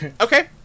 Okay